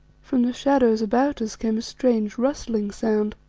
from the shadows about us came a strange, rustling sound.